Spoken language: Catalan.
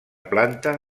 planta